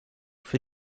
für